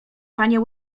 panie